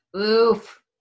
Oof